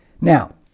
Now